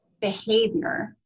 behavior